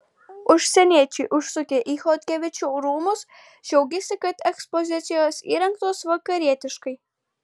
užsieniečiai užsukę į chodkevičių rūmus džiaugiasi kad ekspozicijos įrengtos vakarietiškai